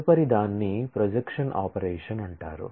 తదుపరిదాన్ని projection operation అంటారు